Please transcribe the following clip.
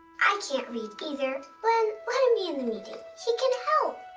i can't read either. blynn, let him be in the meeting. he can help.